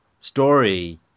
story